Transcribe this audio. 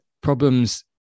problems